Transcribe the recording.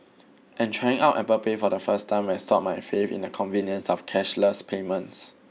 and trying out Apple Pay for the first time restored my faith in the convenience of cashless payments